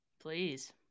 Please